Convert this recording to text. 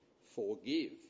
Forgive